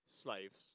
slaves